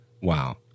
Wow